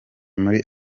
muri